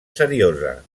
seriosa